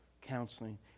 counseling